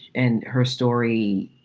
and her story,